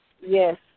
Yes